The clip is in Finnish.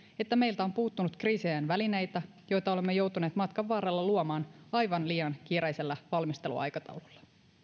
että meiltä on puuttunut kriisiajan välineitä joita olemme joutuneet matkan varrella luomaan aivan liian kiireisellä valmisteluaikataululla